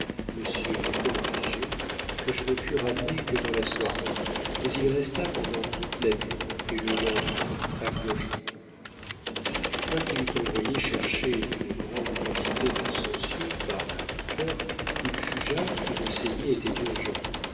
origet que je ne pus ramener que dans la soirée mais il resta pendant toute la nuit et le lendemain à clochegourde quoiqu'il eût envoyé chercher une grande quantité de sangsues par le piqueur il jugea qu'une saignée était urgente